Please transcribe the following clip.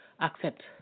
accept